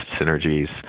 synergies